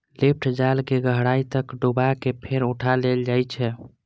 lift जाल कें गहराइ तक डुबा कें फेर उठा लेल जाइ छै